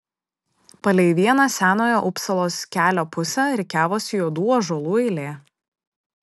palei vieną senojo upsalos kelio pusę rikiavosi juodų ąžuolų eilė